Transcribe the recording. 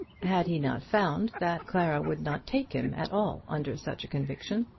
had he not found that clara would not take him at all under such a conviction.